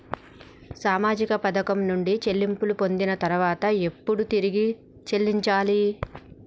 సామాజిక పథకం నుండి చెల్లింపులు పొందిన తర్వాత ఎప్పుడు తిరిగి చెల్లించాలి?